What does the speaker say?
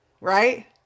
Right